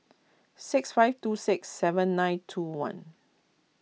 six five two six seven nine two one